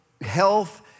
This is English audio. health